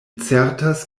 certas